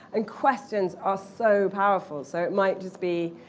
and questions are so powerful. so it might just be,